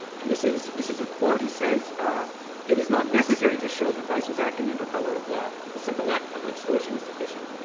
and this is this is a quote, he says it is not necessary to show that vice was acting under color of law. the simple act of extortion is sufficient.